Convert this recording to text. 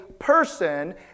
person